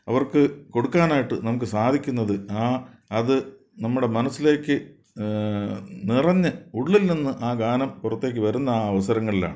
അവർക്ക് കൊടുക്കാനായിട്ട് നമുക്ക് സാധിക്കുന്നത് ആ അത് നമ്മുടെ മനസ്സിലേക്ക് നിറഞ്ഞ് ഉള്ളിൽ നിന്ന് ആ ഗാനം പുറത്തേക്ക് വരുന്ന ആ അവസരങ്ങളിലാണ്